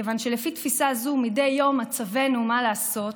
כיוון שלפי תפיסה זו, מדי יום מצבנו, מה לעשות,